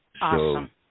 awesome